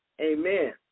Amen